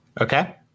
Okay